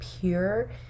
pure